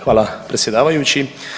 Hvala predsjedavajući.